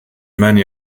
many